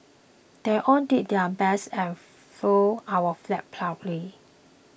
they all did their best and flew our flag proudly